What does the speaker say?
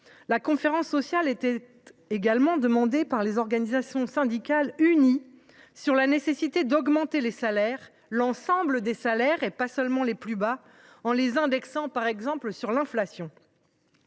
La conférence sociale était également demandée par les organisations syndicales, unies face à la nécessité d’augmenter les salaires, l’ensemble des salaires et pas seulement les plus bas, par exemple en les indexant sur l’inflation.